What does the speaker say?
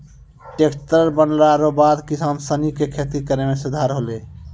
tractor बनला रो बाद किसान सनी के खेती करै मे सुधार होलै